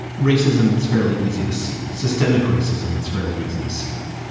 racism that's fairly easy to see. systemic racism, that's fairly easy to see.